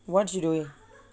what she doing